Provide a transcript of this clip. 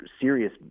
serious